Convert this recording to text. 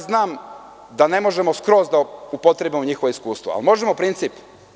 Znam da ne možemo skroz da upotrebimo njihova iskustva, ali možemo princip.